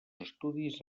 estudis